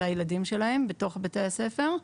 לילדים שלהם בתוך בתי הספר,